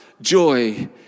joy